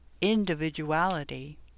individuality